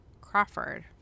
Crawford